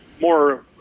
more